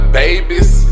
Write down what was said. babies